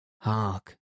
Hark